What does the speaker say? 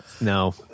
No